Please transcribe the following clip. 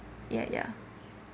ya ya